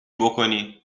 بکنی